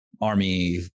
Army